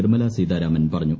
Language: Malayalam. നിർമ്മലാ സീതാരാമൻ പറഞ്ഞു